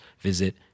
visit